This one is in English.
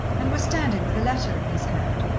and was standing with a letter in his hand,